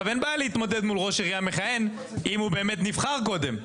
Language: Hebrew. אין בעיה להתמודד מול ראש עירייה מכהן אם הוא באמת נבחר קודם,